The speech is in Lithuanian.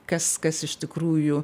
kas kas iš tikrųjų